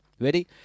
Ready